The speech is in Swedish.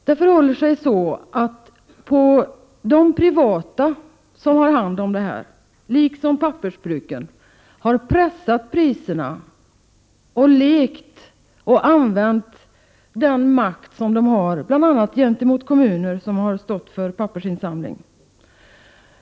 Det förhåller sig så att de privata företag som har hand om verksamheten liksom pappersbruken har pressat priserna och använt den makt de har bl.a. gentemot kommuner som har stått för pappersinsamling.